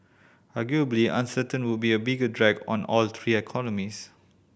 arguably uncertainty would be a bigger drag on all three economies